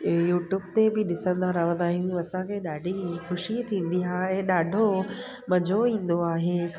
YouTube ते बि ॾिसंदा रहंदा आहियूं असांखे ॾाढी ख़ुशी थींदी आहे ॾाढो मज़ो ईंदो आहे